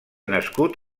nascut